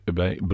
bij